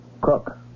Cook